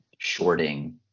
shorting